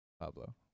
Pablo